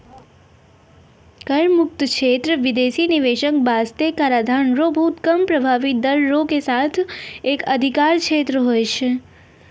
कर मुक्त क्षेत्र बिदेसी निवेशक बासतें कराधान रो बहुत कम प्रभाबी दर रो साथ एक अधिकार क्षेत्र हुवै छै